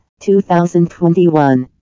2021